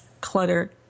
clutter